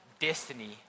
destiny